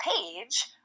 page